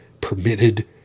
permitted